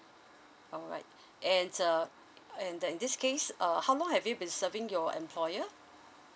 alright and err and then this case err how long have you been serving your employer